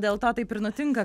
dėl to taip ir nutinka